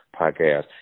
podcast